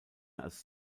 als